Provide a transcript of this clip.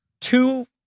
two